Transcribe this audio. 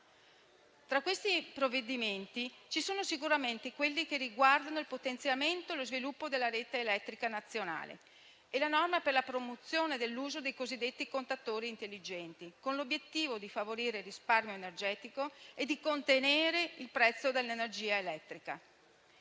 Tra questi provvedimenti ci sono sicuramente quelli che riguardano il potenziamento e lo sviluppo della rete elettrica nazionale e la norma per la promozione dell'uso dei cosiddetti contatori intelligenti, con l'obiettivo di favorire il risparmio energetico e di contenere il prezzo dell'energia elettrica.